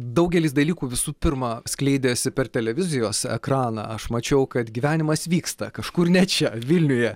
daugelis dalykų visų pirma skleidėsi per televizijos ekraną aš mačiau kad gyvenimas vyksta kažkur ne čia vilniuje